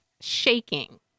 shaking